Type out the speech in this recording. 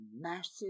massive